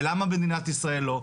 ולמה במדינת ישראל לא?